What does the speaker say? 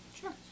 Sure